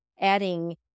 adding